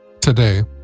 today